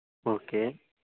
okay